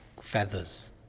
feathers